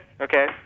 Okay